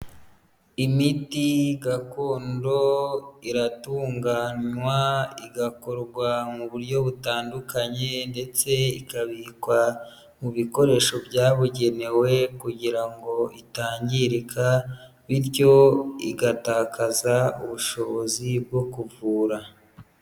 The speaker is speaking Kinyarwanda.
Imiti gakondo iratunganywa igakorwa mu buryo butandukanye ndetse ikabikwa mu bikoresho byabugenewe kugira ngo itangirika bityo igatakaza ubushobozi bwo kuvura.